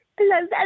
Hello